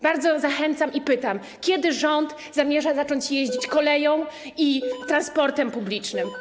Bardzo zachęcam i pytam: Kiedy rząd zamierza zacząć jeździć koleją i transportem publicznym?